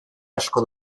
asko